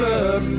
up